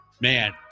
Man